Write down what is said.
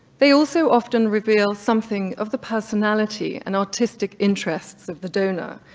they also often reveal something of the personality and artistic interests of the donor,